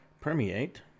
permeate